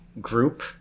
group